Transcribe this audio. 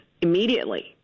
immediately